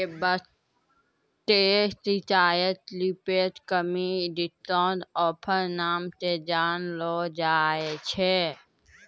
छूट के बट्टा रियायत रिबेट कमी डिस्काउंट ऑफर नाम से जानलो जाय छै